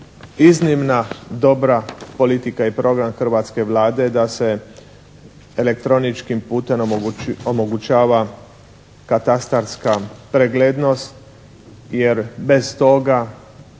iznimna dobra politika i program hrvatske Vlade da se elektroničkim putem omogućava katastarska preglednost jer bez toga